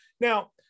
Now